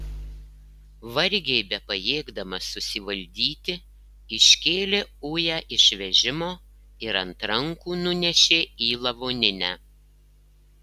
vargiai bepajėgdamas susivaldyti iškėlė ują iš vežimo ir ant rankų nunešė į lavoninę